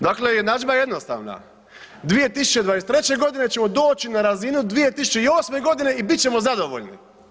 Dakle, jednadžba je jednostavna, 2023. ćemo doći na razinu 2008. g. i bit ćemo zadovoljni.